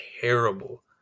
terrible